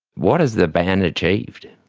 what has the ban achieved?